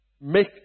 make